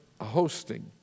hosting